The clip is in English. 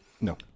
No